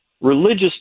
religious